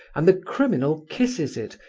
and the criminal kisses it,